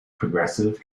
progressive